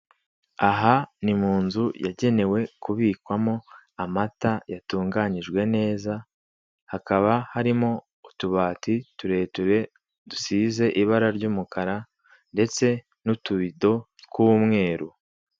Aha ni mu nzu yagenewe kubikwamo amata yatunganyijwe neza, hakaba harimo utubati tureture dusize ibara ry'umukara ndetse n'utubido tw'umweru.